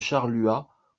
charluat